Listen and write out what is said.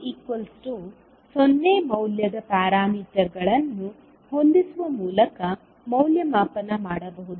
V2 0 ಮೌಲ್ಯದ ಪ್ಯಾರಾಮೀಟರ್ಗಳನ್ನು ಹೊಂದಿಸುವ ಮೂಲಕ ಮೌಲ್ಯಮಾಪನ ಮಾಡಬಹುದು